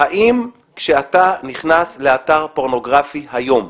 האם כשאתה נכנס לאתר פורנוגרפי היום,